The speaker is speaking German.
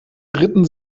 ritten